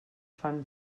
fan